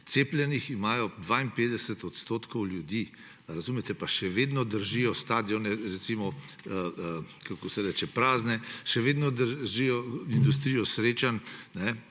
Cepljenih imajo 52 odstotkov ljudi, razumete, pa še vedno držijo stadione prazne, še vedno držijo industrijo srečanj,